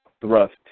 thrust